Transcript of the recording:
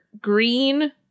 green